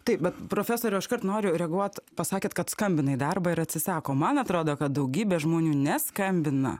taip bet profesoriau iškart noriu reaguoti pasakėt kad skambina į darbą ir atsisako man atrodo kad daugybė žmonių neskambina